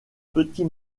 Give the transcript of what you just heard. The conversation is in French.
petit